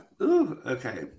Okay